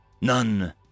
None